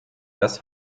das